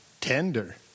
tender